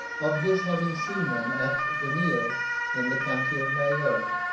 of his having seen them at the neale in the county of mayo,